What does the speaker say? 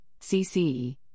CCE